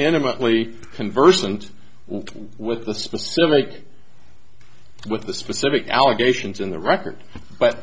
intimately conversant with the specific with the specific allegations in the record but